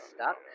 stuck